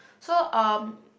so um